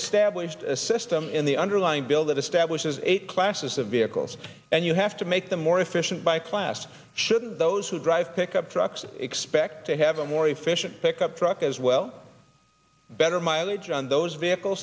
established a system in the underlying bill that establishes eight classes of vehicles and you have to make them more efficient by class shouldn't those who drive pickup trucks expect to have a more efficient pickup truck as well better mileage on those vehicle